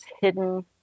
hidden